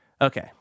Okay